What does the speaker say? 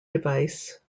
device